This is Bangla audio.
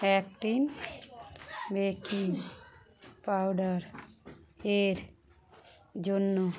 অ্যাক্টিং বেকিং পাউডার এর জন্য